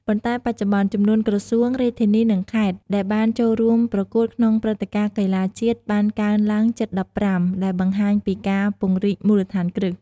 ប៉ុន្តែបច្ចុប្បន្ន ចំនួនក្រសួង រាជធានី និង ខេត្ត ដែលបានចូលរួមប្រកួតក្នុងព្រឹត្តិការណ៍កីឡាជាតិបានកើនឡើងជិត១៥ ដែលបង្ហាញពីការពង្រីកមូលដ្ឋានគ្រឹះ។